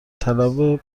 طلب